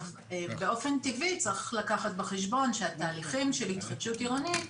באופן טבעי צריך לקחת בחשבון שהתהליכים של התחדשות עירונית